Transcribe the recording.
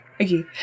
Okay